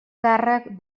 càrrec